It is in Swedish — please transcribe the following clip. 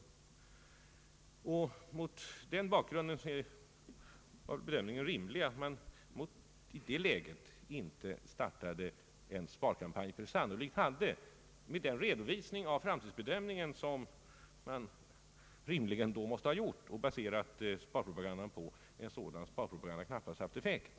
Mot den bakgrunden var det rimligt att i det läget inte starta en sparkampanj, ty sannolikt hade — med den redovisning av faktabedömningen som man rimligen då måste ha gjort och baserat sparpropagandan på — en sådan propaganda knappast haft effekt.